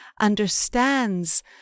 understands